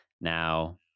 Now